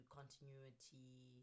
continuity